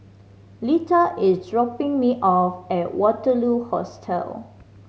Litha is dropping me off at Waterloo Hostel